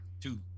two